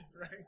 right